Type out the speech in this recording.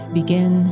begin